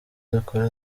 dukora